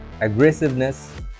aggressiveness